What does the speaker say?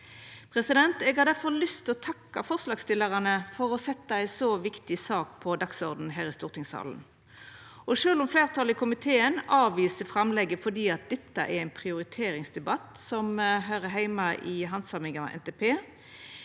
utgang. Eg har difor lyst til å takka forslagsstillarane for å setja ei så viktig sak på dagsordenen her i stortingssalen. Sjølv om fleirtalet i komiteen avviser framlegget fordi dette er ein prioriteringsdebatt som høyrer heime i handsaminga av NTP,